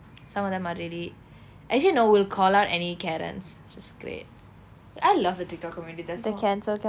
some of them are really actually no we'll call out any karens it's just great I love the Tik Tok community there's no